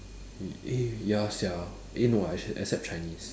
eh eh ya sia eh no exce~ except chinese